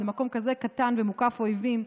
למקום כזה קטן ומוקף אויבים,